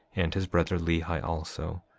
and his brother lehi also,